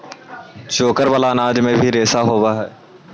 चोकर वाला अनाज में भी रेशा होवऽ हई